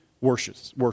worships